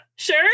Sure